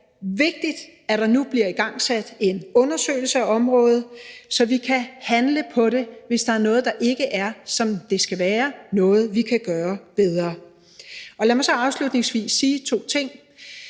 er det vigtigt, at der nu bliver igangsat en undersøgelse af området, så vi kan handle på det, hvis der er noget, der ikke er, som det skal være – noget, vi kan gøre bedre. Lad mig så afslutningsvis sige to ting.